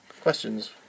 Questions